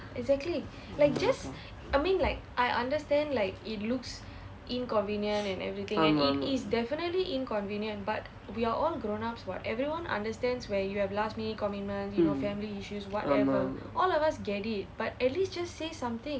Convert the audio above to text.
ஆமாம் ஆமாம்:aamaam aamaam